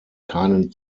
keinen